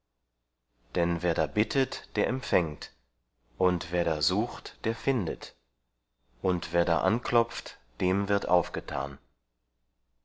denn wer da bittet der empfängt und wer da sucht der findet und wer da anklopft dem wird aufgetan